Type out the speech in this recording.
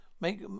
make